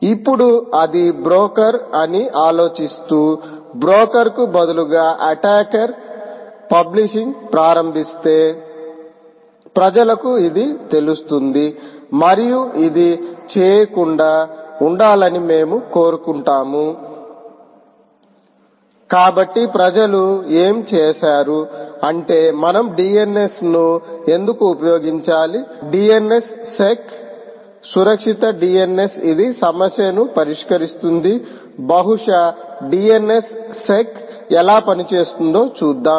ఇప్పుడు అది బ్రోకర్ అని ఆలోచిస్తూ బ్రోకర్ కు బదులుగా అటాకర్ పబ్లిషింగ్ ప్రారంభిస్తే ప్రజలకు ఇది తెలుస్తుంది మరియు ఇది చేయకుండా ఉండాలని మేము కోరుకుంటాము కాబట్టి ప్రజలు ఏమి చేసారు అంటే మనం DNS ను ఎందుకు ఉపయోగించాలి DNS sec సురక్షిత DNS ఇది సమస్యను పరిష్కరిస్తుంది బహుశా DNS sec ఎలా పనిచేస్తుందో చూద్దాం